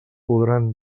podran